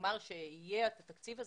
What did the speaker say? ולומר שיהיה את התקציב,